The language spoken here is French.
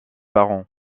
parents